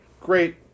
great